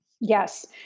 Yes